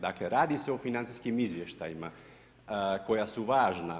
Dakle, radi se o financijskim izvještajima koja su važna.